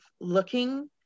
looking